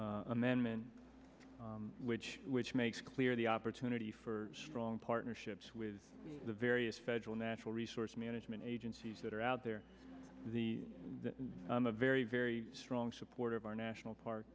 this amendment which which makes clear the opportunity for strong partnerships with the various federal natural resource management agencies that are out there the i'm a very very strong supporter of our national park